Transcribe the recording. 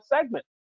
segment